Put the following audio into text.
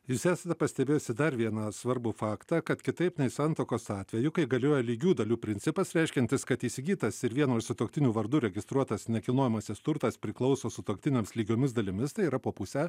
jūs esate pastebėjusi dar vieną svarbų faktą kad kitaip nei santuokos atveju kai galioja lygių dalių principas reiškiantis kad įsigytas ir vieno iš sutuoktinių vardu registruotas nekilnojamasis turtas priklauso sutuoktiniams lygiomis dalimis tai yra po pusę